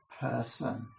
person